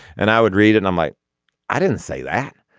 and i would read it i'm like i didn't say that.